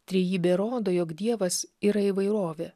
trejybė rodo jog dievas yra įvairovė